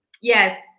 Yes